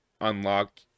unlock